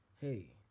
Hey